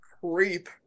creep